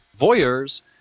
Voyeurs